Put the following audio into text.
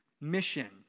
mission